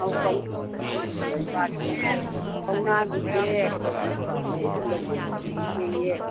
ꯑꯧ ꯀꯧꯅꯥꯒꯤ ꯕꯥꯁꯀꯦꯠ ꯀꯧꯅꯥꯒꯤ ꯕꯦꯛ ꯑꯗꯨꯒꯨꯝꯕꯁꯨ ꯂꯩꯖꯩꯌꯦ